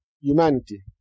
humanity